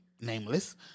nameless